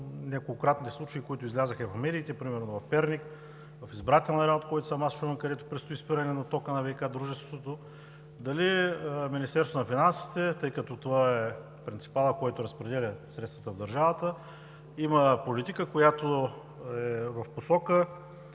неколкократни случаи, които излязоха и в медиите – примерно в Перник, в избирателния район, от който съм аз – Шумен, където предстои спиране на тока на ВиК дружеството, дали Министерството на финансите, тъй като това е принципалът, който разпределя средствата в държавата, има политика, която е в посока